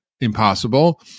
impossible